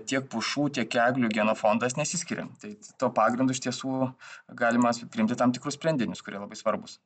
tiek pušų tiek eglių genofondas nesiskiria tai tuo pagrindu iš tiesų galimas priimti tam tikrus sprendinius kurie labai svarbūs